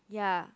ya